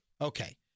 Okay